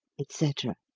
et cetera